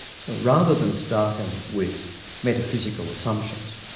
so rather than starting with metaphysical assumptions,